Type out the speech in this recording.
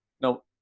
no